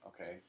okay